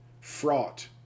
fraught